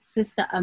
Sister